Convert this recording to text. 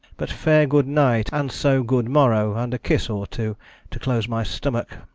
but fair good night, and so good morrow, and a kiss or two to close my stomach,